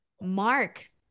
Mark